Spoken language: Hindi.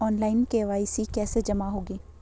ऑनलाइन के.वाई.सी कैसे जमा होगी?